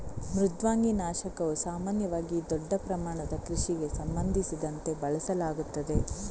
ಮೃದ್ವಂಗಿ ನಾಶಕವು ಸಾಮಾನ್ಯವಾಗಿ ದೊಡ್ಡ ಪ್ರಮಾಣದ ಕೃಷಿಗೆ ಸಂಬಂಧಿಸಿದಂತೆ ಬಳಸಲಾಗುತ್ತದೆ